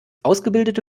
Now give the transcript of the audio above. ausgebildete